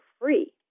free